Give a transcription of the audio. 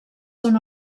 són